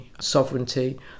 sovereignty